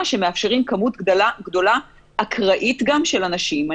שמאפשרים כמות גדולה אקראית גם של אנשים.